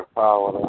power